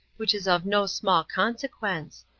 which is of no small consequence.